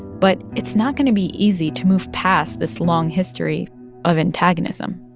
but it's not going to be easy to move past this long history of antagonism